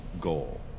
goal